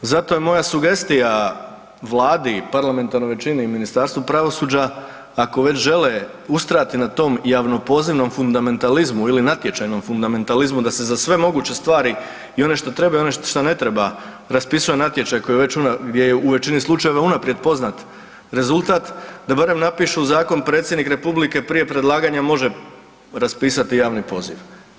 Zato je moja sugestija Vladi i parlamentarnoj većini i Ministarstvu pravosuđa ako već žele ustrajati na tom javno pozivnom fundamentalizmu ili natječajnom fundamentalizmu da se za sve moguće stvari i one što trebaju i one što ne treba raspisuje natječaj gdje je u većini slučajeva unaprijed poznat rezultat, da barem napišu zakon Predsjednik Republike prije predlaganja može raspisati javni poziv.